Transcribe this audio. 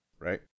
right